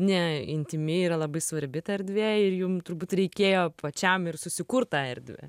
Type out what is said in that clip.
ne intymi yra labai svarbi ta erdvė ir jum turbūt reikėjo pačiam ir susikurt tą erdvę